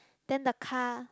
then the car